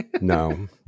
No